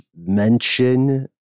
mention